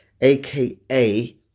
aka